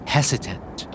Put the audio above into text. Hesitant